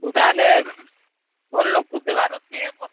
ତାହେଲେ ଭଲ ଲୋକକୁ ଦେବାର ଅଛି ଏଇ ବର୍ଷ